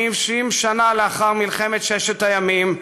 50 שנה לאחר מלחמת ששת הימים,